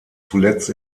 zuletzt